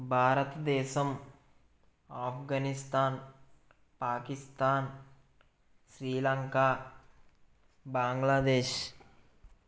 Bharatadesam Afghanistan Pakistan Sri Lanka Bangladesh